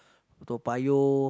Toa-Payoh